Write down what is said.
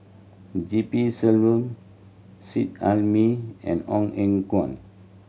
G P Selvam Seet Ai Mee and Ong Eng Guan